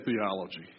theology